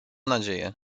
nadzieję